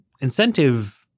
incentive